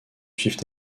suivent